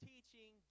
Teaching